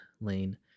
Lane